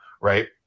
right